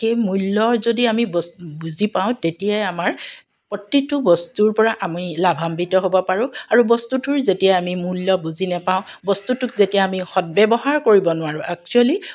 সেই মূল্যৰ যদি আমি বস্তু বুজি পাওঁ তেতিয়াই আমাৰ প্ৰতিটো বস্তুৰ পৰা আমি লাভাম্বিত হ'ব পাৰোঁ আৰু বস্তুটোৰ যেতিয়া আমি মূল্য বুজি নাপাওঁ বস্তুটোক যেতিয়া আমি সদব্যৱহাৰ কৰিব নোৱাৰোঁ একচ্যুৱেলি